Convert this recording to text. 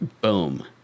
boom